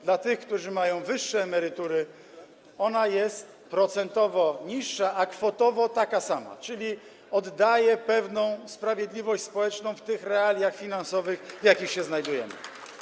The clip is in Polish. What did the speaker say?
Dla tych, którzy mają wyższe emerytury, ona jest procentowo niższa, a kwotowo taka sama, czyli oddaje to pewną sprawiedliwość społeczną w tych realiach finansowych, w jakich się znajdujemy.